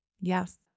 yes